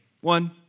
one